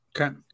Okay